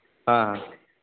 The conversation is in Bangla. হ্যাঁ